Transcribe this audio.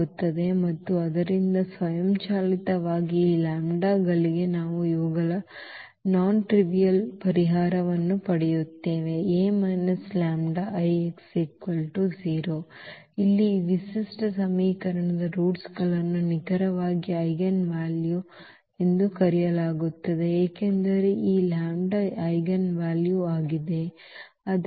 ಆಗುತ್ತದೆ ಮತ್ತು ಆದ್ದರಿಂದ ಸ್ವಯಂಚಾಲಿತವಾಗಿ ಈ ಲ್ಯಾಂಬ್ಡಾಗಳಿಗೆ ನಾವು ಇವುಗಳ ನೋನ್ ಟ್ರಿವಿಅಲ್ ಪರಿಹಾರವನ್ನು ಪಡೆಯುತ್ತೇವೆ A λI x 0 ಇಲ್ಲಿ ಈ ವಿಶಿಷ್ಟ ಸಮೀಕರಣದ ರೂಟ್ಸ್ಗಳನ್ನು ನಿಖರವಾಗಿ ಐಜೆನ್ವಾಲ್ಯೂಸ್ ಎಂದು ಕರೆಯಲಾಗುತ್ತದೆ ಏಕೆಂದರೆ ಈ ಲ್ಯಾಂಬ್ಡಾ ಐಜೆನ್ವಾಲ್ಯೂ ಆಗಿದೆ